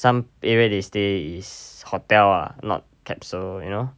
some area they stay is hotel ah not capsule you know